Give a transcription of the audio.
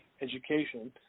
education